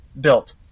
built